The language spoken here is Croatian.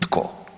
Tko?